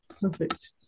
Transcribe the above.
Perfect